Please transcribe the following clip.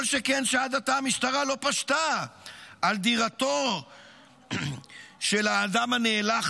כל שכן שעד עתה המשטרה לא פשטה על דירתו של האדם הנאלח